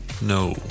No